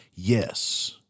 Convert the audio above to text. Yes